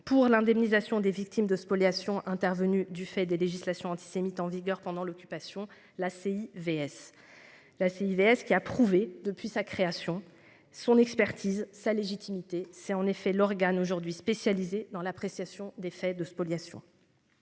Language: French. pour l'indemnisation des victimes de spoliations intervenues du fait des législations antisémites en vigueur pendant l'occupation la ACI vs. La CIV est qui a prouvé depuis sa création son expertise sa légitimité. C'est en effet l'organe aujourd'hui, spécialisée dans l'appréciation des faits de spoliation.